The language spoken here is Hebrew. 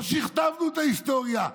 לא שכתבנו את ההיסטוריה,